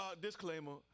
Disclaimer